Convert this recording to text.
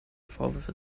vorwürfe